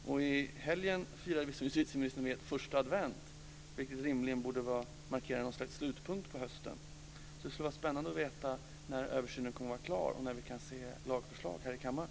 Nu i helgen firades första advent, vilket rimligen borde markera en slutpunkt för hösten. Det vore spännande att få veta när översynen är klar och när vi kan få se lagförslaget här i kammaren.